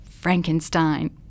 Frankenstein